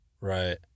Right